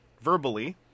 verbally